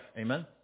Amen